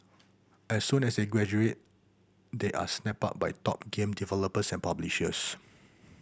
as soon as they graduate they are snapped up by top game developers and publishers